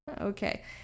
Okay